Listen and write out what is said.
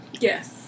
Yes